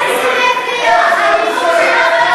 איך זה מוסרי בעינייך?